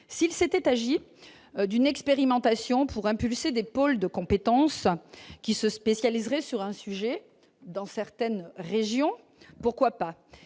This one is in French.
s'il s'était agi d'une expérimentation pour impulser des pôles de compétence qui se spécialiser sur un sujet dans certaines régions, pourquoi pas,